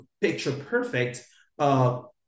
picture-perfect